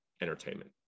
entertainment